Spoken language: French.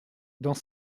dans